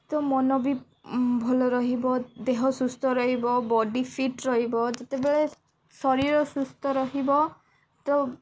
ତ ମନ ବି ଭଲ ରହିବ ଦେହ ସୁସ୍ଥ ରହିବ ବଡି ଫିଟ୍ ରହିବ ଯେତେବେଳେ ଶରୀର ସୁସ୍ଥ ରହିବ ତ